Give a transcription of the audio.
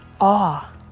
awe